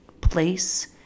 place